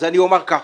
אז אני אומר ככה,